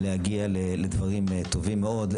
להגיע לדברים טובים מאוד,